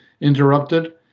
interrupted